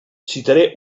citaré